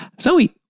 Zoe